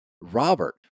Robert